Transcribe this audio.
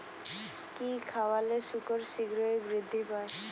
কি খাবালে শুকর শিঘ্রই বৃদ্ধি পায়?